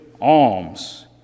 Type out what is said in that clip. alms